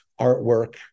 artwork